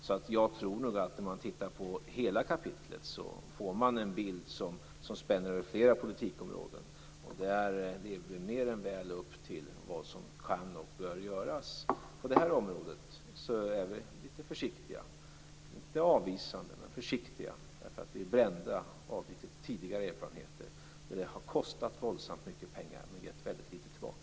Så jag tror nog att man, om man tittar på hela kapitlet, får en bild som spänner över fler politikområden. Där lever vi mer än väl upp till vad som kan och bör göras. På det här området är vi inte avvisande men litet försiktiga, därför att vi är brända av litet tidigare erfarenheter som har kostat våldsamt mycket pengar men gett väldigt litet tillbaka.